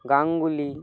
Ganguly